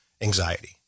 anxiety